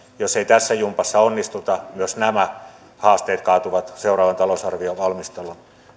jos ei tässä jumpassa onnistuta myös nämä haasteet kaatuvat seuraavan talousarvion valmistelun